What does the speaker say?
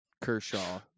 Kershaw